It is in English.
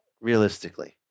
realistically